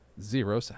zero